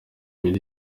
biri